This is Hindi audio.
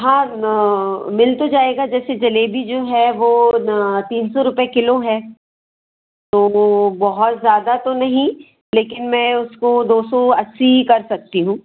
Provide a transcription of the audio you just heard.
हाँ ना मिल तो जाएग जैसे जलेबी जो है वह ना तीन सौ रुपये किलो है तो बहुत ज़्यादा तो नहीं लेकिन मैं उसको दो सौ अस्सी कर सकती हूँ